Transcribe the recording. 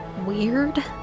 weird